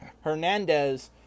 Hernandez